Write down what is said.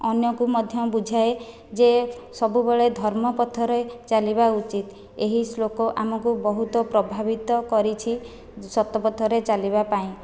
ଅନ୍ୟକୁ ମଧ୍ୟ ବୁଝାଏ ଯେ ସବୁବେଳେ ଧର୍ମ ପଥରେ ଚାଲିବା ଉଚିତ ଏହି ଶ୍ଳୋକ ଆମକୁ ବହୁତ ପ୍ରଭାବିତ କରିଛି ସତ ପଥରେ ଚାଲିବା ପାଇଁ